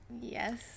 yes